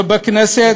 ובכנסת,